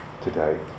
today